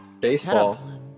Baseball